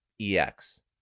EX